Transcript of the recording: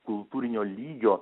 kultūrinio lygio